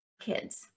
kids